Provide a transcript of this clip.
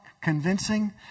convincing